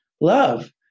love